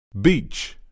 Beach